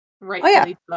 Right